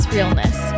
Realness